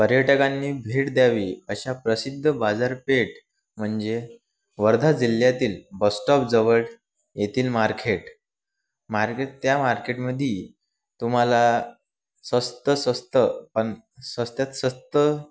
पर्यटकांनी भेट द्यावी अशा प्रसिद्ध बाजारपेठ म्हणजे वर्धा जिल्ह्यातील बसस्टॉप जवळ येथील मार्खेट मार्केट त्या मार्केटमध्ये तुम्हाला स्वस्त स्वस्त पण स्वस्तात स्वस्त